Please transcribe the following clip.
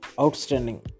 Outstanding